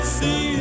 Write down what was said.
see